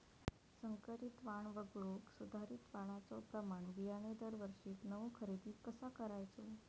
संकरित वाण वगळुक सुधारित वाणाचो प्रमाण बियाणे दरवर्षीक नवो खरेदी कसा करायचो?